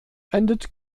endet